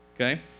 Okay